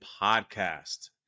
podcast